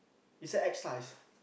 is a X large